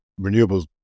renewables